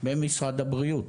במשרד הבריאות.